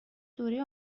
دوره